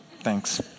Thanks